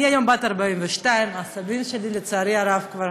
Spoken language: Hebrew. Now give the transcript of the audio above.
אני היום בת 42, הסבים שלי, לצערי הרב, כבר